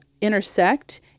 intersect